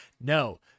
No